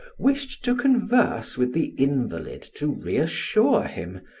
wished to converse with the invalid to reassure him,